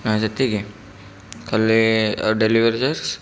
ନା ସେତିକି ତା'ହେଲେ ଆଉ ଡେଲିଭରି ଚାର୍ଜ